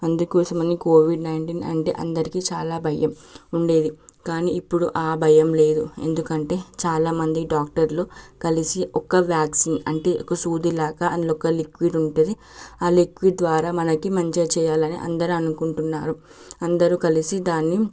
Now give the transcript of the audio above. అందుకోసమని Covid nineteen అంటే అందరికీ చాలా భయం ఉండేది కానీ ఇప్పుడు ఆ భయం లేదు ఎందుకంటే చాలామంది డాక్టర్లు కలిసి ఒక్క వ్యాక్సిన్ అంటే ఒక సూది లాగా అందులో ఒక లిక్విడ్ ఉంటుంది ఆ లిక్విడ్ ద్వారా మనకి మంచిగా చేయాలని అందరూ అనుకుంటున్నారు అందరూ కలిసి దాన్ని